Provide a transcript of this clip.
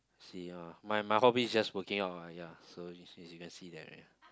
see ah my my hobby is just working out ah ya so you as you can see that already